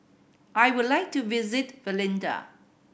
I would like to visit Valletta